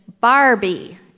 Barbie